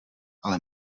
ale